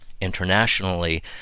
internationally